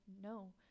no